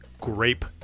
grape